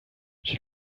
she